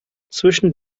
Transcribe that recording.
zwischen